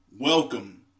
Welcome